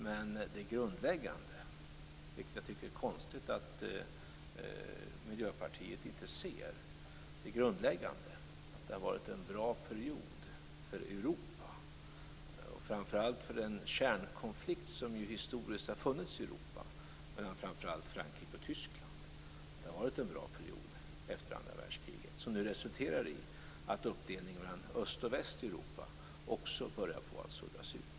Men det grundläggande, vilket jag tycker att det är konstigt att Miljöpartiet inte ser, är att det här har varit en bra period för Europa. Framför allt har det varit det när det gäller den kärnkonflikt som ju historiskt har funnits i Europa mellan främst Frankrike och Tyskland. Det har varit en bra period efter andra världskriget som nu resulterar i att uppdelningen mellan öst och väst i Europa också börjar suddas ut.